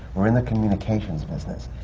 we're in the communications business.